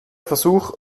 versuch